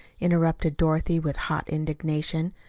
interrupted dorothy, with hot indignation.